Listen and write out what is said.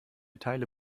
teile